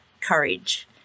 courage